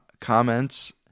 comments